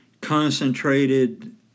concentrated